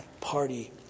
Party